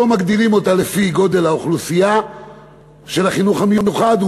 לא מגדילים אותה לפי גודל האוכלוסייה של החינוך המיוחד,